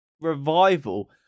revival